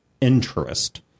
interest